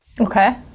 Okay